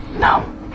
no